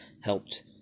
helped